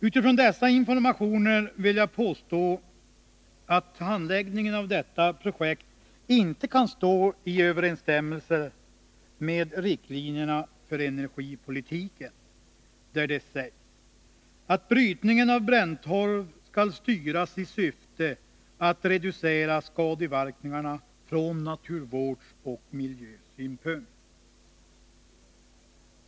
Utifrån dessa informationer vill jag påstå att handläggningen av detta projekt inte kan stå i överensstämmelse med riktlinjerna för energipolitiken, där det sägs att brytningen av bränntorv skall styras i syfte att reducera skadeverkningarna från naturvårdsoch miljösynpunkt.